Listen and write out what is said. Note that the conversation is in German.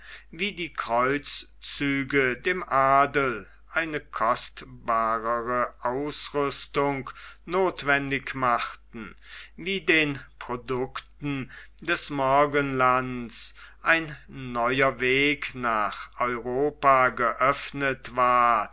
wie die kreuzzüge dem adel eine kostbarere ausrüstung nothwendig machten wie den produkten des morgenlands ein neuer weg nach europa geöffnet ward